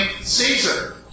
Caesar